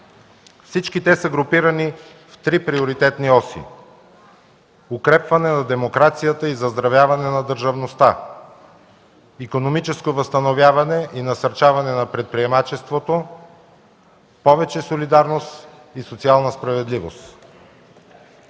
Всички те са групирани в три приоритетни оси – укрепване на демокрацията и заздравяване на държавността, икономическо възстановяване и насърчаване на предприемачеството, повече солидарност и социална справедливост.